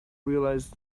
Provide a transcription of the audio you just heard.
realized